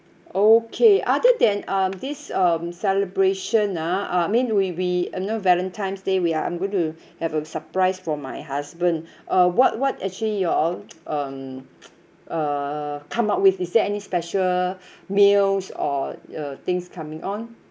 okay other than um this um celebration ah I mean we we you know valentine's day we are I'm going to have a surprise for my husband uh what what actually you all um uh come up with is there any special meals or uh things coming on